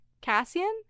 Cassian